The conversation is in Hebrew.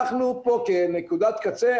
אנחנו פה כנקודת קצה,